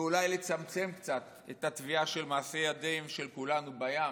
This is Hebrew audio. ואולי לצמצם קצת את הטביעה של מעשה ידי כולנו בים,